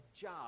job